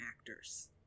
actors